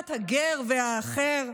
קבלת הגר והאחר.